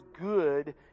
good